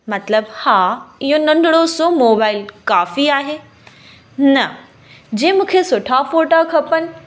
मतलबु हा इहो नंढिड़ो सो मोबाइल काफ़ी आहे न जंहिं मूंखे सुठा फ़ोटा खपेनि